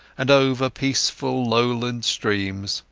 and over peaceful lowland streams,